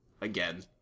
again